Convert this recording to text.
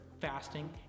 fasting